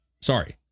Sorry